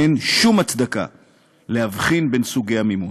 אין שום הצדקה להבחין בין סוגי המימון.